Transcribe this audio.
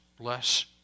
bless